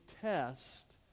test